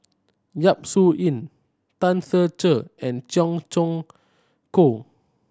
Yap Su Yin Tan Ser Cher and Cheong Choong Kong